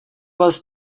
was